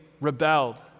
rebelled